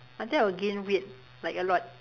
I think I will gain weight like a lot